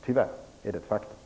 Tyvärr är detta ett faktum.